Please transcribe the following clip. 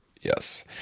Yes